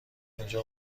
اینجا